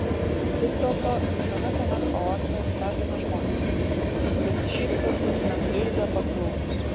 vis dėlto visame tame chaose stebina žmonės besišypsantys nesuirzę paslaugūs